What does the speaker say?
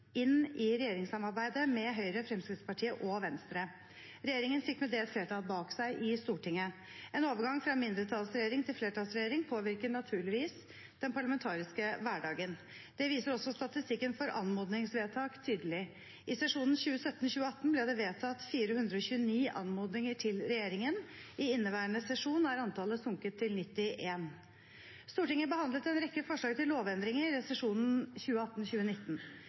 inn i regjeringssamarbeid med Høyre, Fremskrittspartiet og Venstre. Regjeringen fikk med det et flertall bak seg i Stortinget. En overgang fra mindretallsregjering til flertallsregjering påvirker naturligvis den parlamentariske hverdagen. Det viser også statistikken for anmodningsvedtak tydelig: I sesjonen 2017–2018 ble det vedtatt 429 anmodninger til regjeringen. I inneværende sesjon er antallet sunket til 91. Stortinget behandlet en rekke forslag til lovendringer i